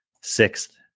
sixth